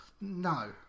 no